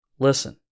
Listen